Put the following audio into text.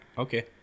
Okay